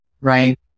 right